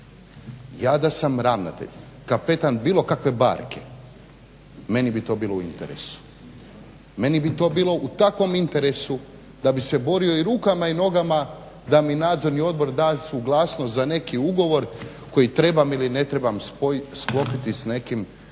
Ja da sam ravnatelj, kapetan bilo kakve barke meni bi to bilo u interesu, meni bi to bilo u takvom interesu da bi se borio i rukama i nogama da mi Nadzorni odbor da suglasnost za neki ugovor koji trebam ili ne trebam sklopiti s nekim iz bilo